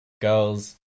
girls